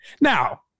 Now